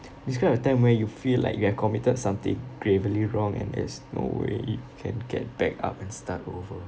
describe a time where you feel like you have committed something gravely wrong and there's no way you can get back up and start over